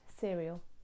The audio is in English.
cereal